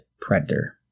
Predator